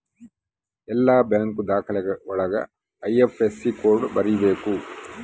ಎಲ್ಲ ಬ್ಯಾಂಕ್ ದಾಖಲೆ ಒಳಗ ಐ.ಐಫ್.ಎಸ್.ಸಿ ಕೋಡ್ ಬರೀಬೇಕು